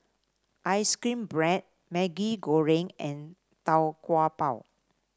ice cream bread Maggi Goreng and Tau Kwa Pau